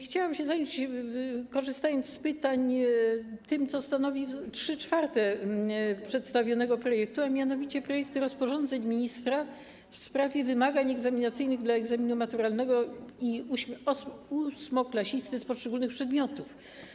Chciałam się zająć, korzystając z formuły pytań, tym, co stanowi 3/4 przedstawionego projektu, a mianowicie projektami rozporządzeń ministra w sprawie wymagań egzaminacyjnych dla egzaminu maturalnego i egzaminu ósmoklasisty z poszczególnych przedmiotów.